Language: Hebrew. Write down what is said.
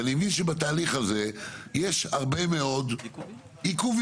ואני מבין שבתהליך הזה יש הרבה מאוד עיכובים.